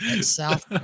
South